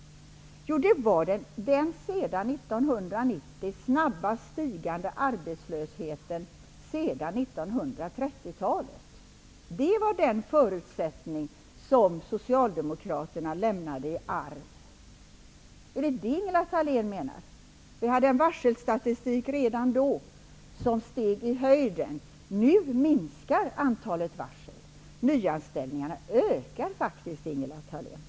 Jo, sedan 1990 har arbetslösheten ökat i en sådan snabb takt, som vi inte har upplevt sedan 1930-talet. Det var den förutsättningen som socialdemokraterna lämnade i arv till oss. Är det detta Ingela Thalén menar? Det fanns en varselstatistik redan då som steg i höjden. Nu minskar antalet varsel och nyanställningarna ökar faktiskt, Ingela Thalén.